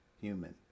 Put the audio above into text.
human